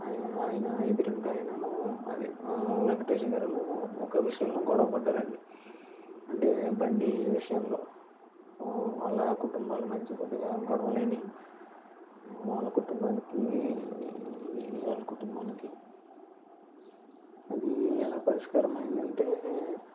ఆయన ఎదురింటి ఆయనను అదే వెంకటేష్ గారును ఒక విషయంలో గొడవ పడ్డారండి అంటే బండి విషయంలో వాళ్ల కుటుంబాల మధ్య కొద్దిగా గొడవలు అయినాయి వాళ్ల కుటుంబానికి వీళ్ళ కుటుంబానికి అది ఎలాగా పరిష్కారం అయ్యిందంటే